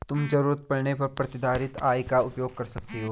तुम ज़रूरत पड़ने पर प्रतिधारित आय का उपयोग कर सकती हो